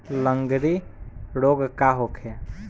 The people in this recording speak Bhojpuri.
लगंड़ी रोग का होखे?